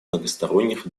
многосторонних